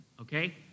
okay